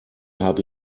habe